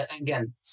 again